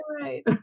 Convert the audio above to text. right